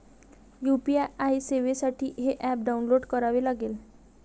UPI सेवेसाठी हे app download करावे लागेल